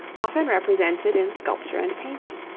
often represented in sculpture and painting.